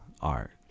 art